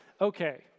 okay